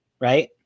right